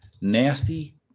Nasty